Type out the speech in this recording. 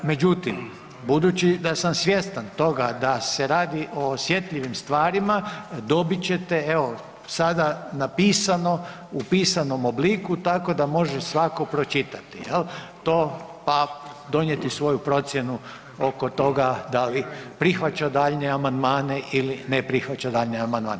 Međutim, budući da sam svjestan toga da se radi o osjetljivim stvarima dobit ćete, evo sada napisano, u pisanom obliku, tako da može svako pročitati jel, to, pa donijeti svoju procjenu oko toga da li prihvaća daljnje amandmane ili ne prihvaća daljnje amandmane.